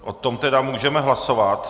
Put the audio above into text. O tom tedy můžeme hlasovat.